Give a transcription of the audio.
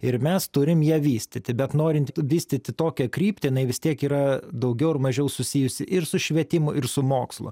ir mes turim ją vystyti bet norint vystyti tokią kryptį jinai vis tiek yra daugiau ar mažiau susijusi ir su švietimu ir su mokslu